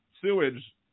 sewage